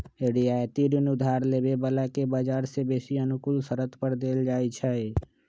रियायती ऋण उधार लेबे बला के बजार से बेशी अनुकूल शरत पर देल जाइ छइ